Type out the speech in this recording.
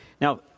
Now